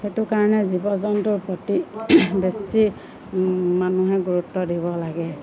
সেইটো কাৰণে জীৱ জন্তুৰ প্ৰতি বেছি মানুহে গুৰুত্ব দিব লাগে